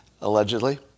allegedly